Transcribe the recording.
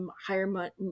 higher